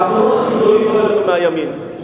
את הימין.